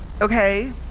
Okay